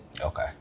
okay